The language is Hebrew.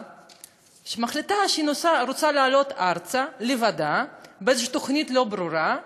ומחליטה שהיא רוצה לעלות ארצה לבדה באיזושהי תוכנית לא ברורה,